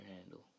handle